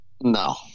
No